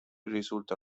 risulta